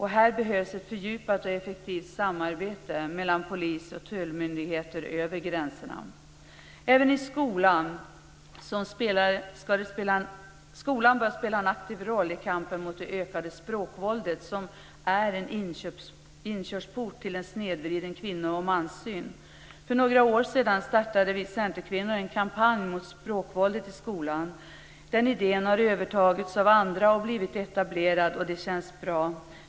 Här behövs ett fördjupat och effektivt samarbete mellan polis och tullmyndigheter över gränserna. Skolan bör spela en aktiv roll i kampen mot det ökade språkvåldet, som är en inkörsport till en snedvriden kvinno och manssyn. För några år sedan startade vi Centerkvinnor en kampanj mot språkvåldet i skolan. Den idén har övertagits av andra och blivit etablerad, och det känns bra.